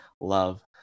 love